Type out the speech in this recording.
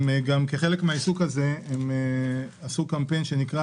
כחלק מהעיסוק הזה העמותה הובילה קמפיין שנקרא